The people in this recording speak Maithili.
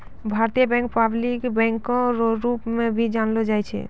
भारतीय बैंक पब्लिक बैंको रो रूप मे भी जानलो जाय छै